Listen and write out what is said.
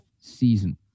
season